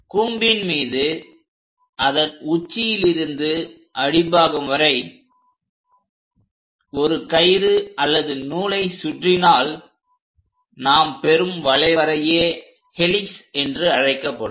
கூம்பின் மீது அதன் உச்சியிலிருந்து அடிப்பாகம் வரை ஒரு கயிறு அல்லது நூலை சுற்றினால் நாம் பெறும் வளைவரையே ஹெலிக்ஸ் என்று அழைக்கப்படும்